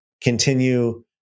continue